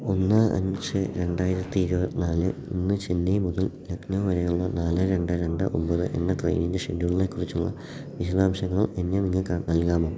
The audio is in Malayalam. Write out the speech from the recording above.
ഒന്ന് അഞ്ച് രണ്ടായിരത്തി ഇരുപത്തിനാല് ഇന്ന് ചെന്നൈ മുതൽ ലക്നൗ വരെയുള്ള നാല് രണ്ട് രണ്ട് ഒമ്പത് എന്ന ട്രെയിനിൻ്റെ ഷെഡ്യൂളിനെ കുറിച്ചുള്ള വിശദാംശങ്ങൾ എന്നെ നിങ്ങൾക്ക് നൽകാമോ